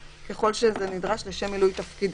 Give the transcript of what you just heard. יש איזו תחושה כאילו התרנו הכל.